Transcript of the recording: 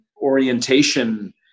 orientation